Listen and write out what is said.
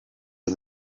all